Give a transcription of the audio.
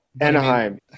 Anaheim